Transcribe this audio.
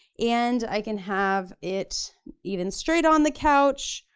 and i can have it even straight on the couch.